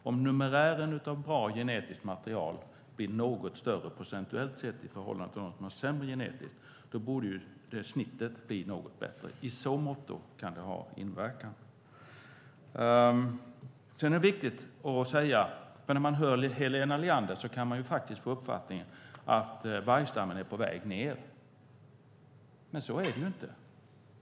Om numerären av bra genetiskt material blir något större procentuellt sett i förhållande till dem som är genetiskt sämre borde snittet bli något bättre. När man lyssnar på Helena Leander kan man få uppfattningen att vargstammen är på väg ned. Så är det inte.